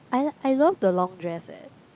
I like I love the long dress eh